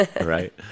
Right